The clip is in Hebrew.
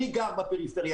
אני גר בפריפריה.